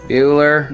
Bueller